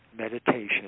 meditation